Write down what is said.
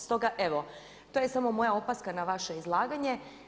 Stoga evo to je samo moja opaska na vaše izlaganje.